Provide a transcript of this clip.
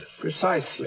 Precisely